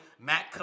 Matt